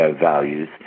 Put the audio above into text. values